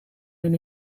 hun